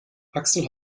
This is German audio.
axel